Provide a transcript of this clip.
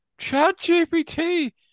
ChatGPT